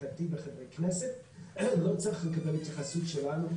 שיטתי בחברי כנסת לא צריך לקבל התייחסות שלנו,